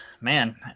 man